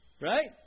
Right